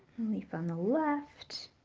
leaf on the left,